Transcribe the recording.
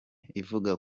ivuga